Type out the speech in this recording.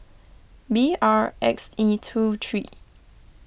B R X E two three